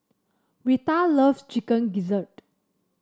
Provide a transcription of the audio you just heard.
Rheta loves Chicken Gizzard